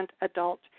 adult